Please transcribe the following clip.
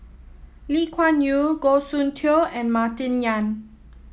Lee Kuan Yew Goh Soon Tioe and Martin Yan